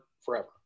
forever